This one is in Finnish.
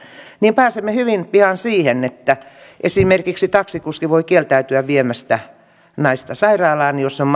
niin pääsemme hyvin pian siihen että esimerkiksi taksikuski voi kieltäytyä viemästä naista sairaalaan jos on